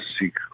seek